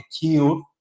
killed